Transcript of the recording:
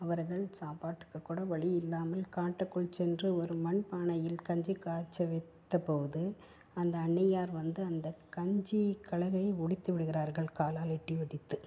அவர்கள் சாப்பாட்டுக்கு கூட வழியில்லாமல் காட்டுக்குள் சென்று ஒரு மண் பானையில் கஞ்சி காச்சி விற்றபோது அந்த அண்ணியார் வந்து அந்த கஞ்சி கலகை ஒடித்து விடுகிறார்கள் காலால் எட்டி உதைத்து